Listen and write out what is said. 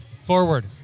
forward